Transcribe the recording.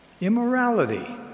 immorality